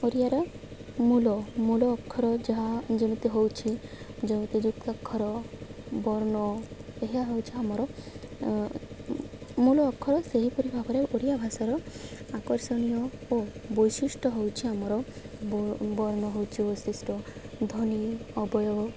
ଓରିଆର ମୂଲ ମୂଳ ଅକ୍ଷର ଯାହା ଯେମିତି ହେଉଛି ଯଉତ ଯୁକ୍ତ ଅକ୍ଷର ବର୍ଣ୍ଣ ଏହା ହେଉଛି ଆମର ମୂଲ ଅକ୍ଷର ସେହିପରି ଭାବରେ ଓଡ଼ିଆ ଭାଷାର ଆକର୍ଷଣୀୟ ଓ ବୈଶିଷ୍ଟ୍ୟ ହେଉଛିି ଆମର ବର୍ଣ୍ଣ ହେଉଛି ବୈଶିଷ୍ଟ୍ୟ ଧ୍ୱନି ଅବୟ